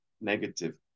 negative